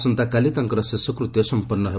ଆସନ୍ତାକାଲି ତାଙ୍କର ଶେଷକୃତ୍ୟ ସମ୍ପନ୍ନ ହେବ